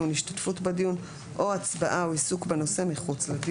השתתפות בדיון או הצבעה או עיסוק בנושא מחוץ לדיון,